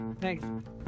Thanks